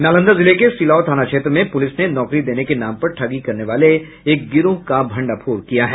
नालंदा जिले के सिलाव थाना क्षेत्र में पुलिस ने नौकरी देने के नाम पर ठगी करने वाले एक गिरोह का भंडाफोड़ किया है